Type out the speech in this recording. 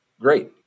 great